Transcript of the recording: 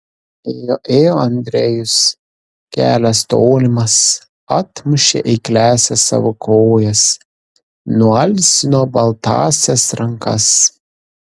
ėjo ėjo andrejus kelias tolimas atmušė eikliąsias savo kojas nualsino baltąsias rankas